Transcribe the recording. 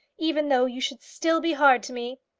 even though you should still be hard to me,